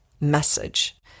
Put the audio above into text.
message